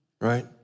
right